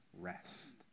rest